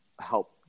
help